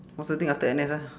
what's the thing after N_S ah